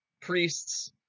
priests